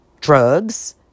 drugs